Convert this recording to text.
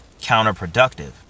counterproductive